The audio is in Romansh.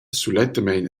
sulettamein